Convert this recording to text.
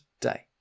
day